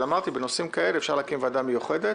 אז אמרתי, בנושאים כאלה אפשר להקים ועדה מיוחדת